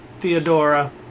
Theodora